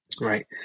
Right